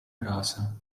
casa